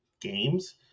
games